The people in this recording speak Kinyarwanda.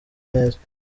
neza